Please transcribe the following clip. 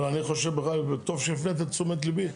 אבל אני חושב בכלל, טוב שהפנית את תשומת ליבי.